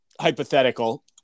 hypothetical